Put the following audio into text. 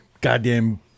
goddamn